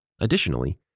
Additionally